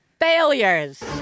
Failures